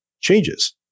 changes